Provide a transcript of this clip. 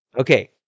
Okay